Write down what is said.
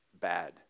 bad